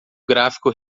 gráfico